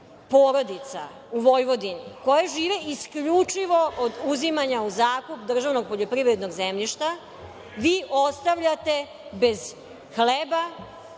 porodica u Vojvodini, koje žive isključivo od uzimanja u zakup državnog poljoprivrednog zemljišta, vi ostavljate bez hleba,